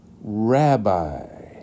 Rabbi